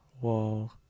Whoa